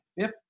fifth